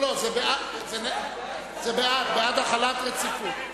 זה נגד דין החלת רציפות?